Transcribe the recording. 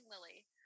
Lily